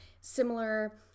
similar